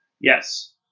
Yes